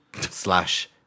slash